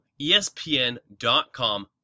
ESPN.com